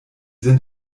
sind